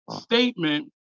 statement